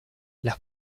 las